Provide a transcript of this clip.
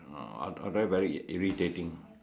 otherwise very irritating